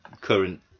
current